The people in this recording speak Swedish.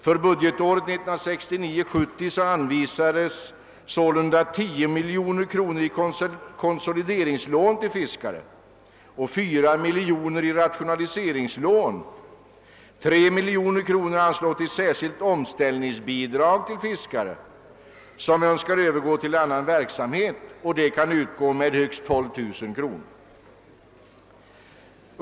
För budgetåret 1969/70 anvisades sålunda 10 miljoner kronor i konsolideringslån till fiskare och 4 miljoner kronor i rationaliseringslån. Vidare beviljades anslag på 3 miljoner kronor till särskilt omställningsbidrag för fiskare som önskar övergå till an nan verksamhet. Sådant bidrag kan utgå med högst 12 000 kronor.